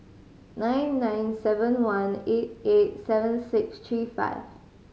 nine nine seven one eight eight seven six three five